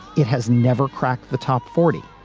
it has never cracked the top forty.